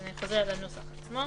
אני חוזרת לנוסח עצמו.